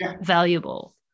valuable